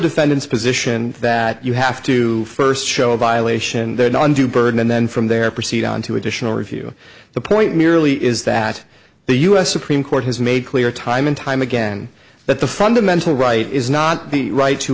defendant's position that you have to first show a violation there's no undue burden and then from there proceed on to additional review the point merely is that the u s supreme court has made clear time and time again that the fundamental right is not the right to